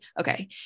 okay